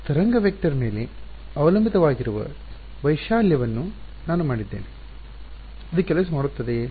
ತರಂಗ ವೆಕ್ಟರ್ ಮೇಲೆ ಅವಲಂಬಿತವಾಗಿರುವ ವೈಶಾಲ್ಯವನ್ನು ನಾನು ಮಾಡಿದ್ದೇನೆ ಇದು ಕೆಲಸ ಮಾಡುತ್ತದೆಯೇ